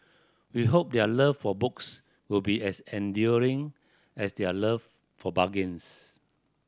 we hope their love for books will be as enduring as their love for bargains